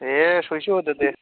दे सयस' होदो दे